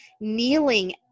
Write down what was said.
kneeling